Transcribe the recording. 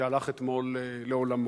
שהלך אתמול לעולמו.